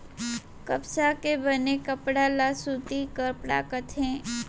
कपसा के बने कपड़ा ल सूती कपड़ा कथें